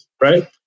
right